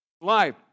life